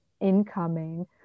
incoming